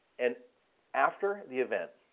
and after the event,